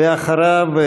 ואחריו,